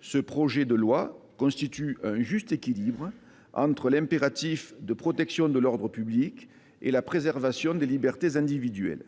Ce projet de loi constitue un juste équilibre entre l'impératif de protection de l'ordre public et la préservation des libertés individuelles.